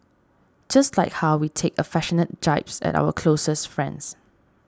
just like how we take affectionate jibes at our closest friends